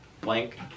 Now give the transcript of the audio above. blank